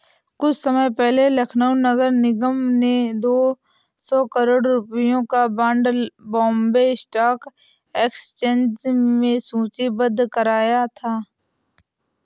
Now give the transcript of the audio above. कुछ समय पहले लखनऊ नगर निगम ने दो सौ करोड़ रुपयों का बॉन्ड बॉम्बे स्टॉक एक्सचेंज में सूचीबद्ध कराया था